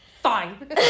Fine